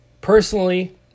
Personally